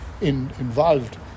involved